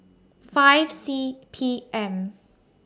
five C P M